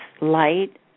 light